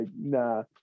nah